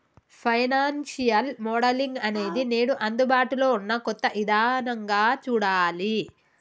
financial modelling అనేది నేడు అందుబాటులో ఉన్న కొత్త ఇదానంగా చూడాలి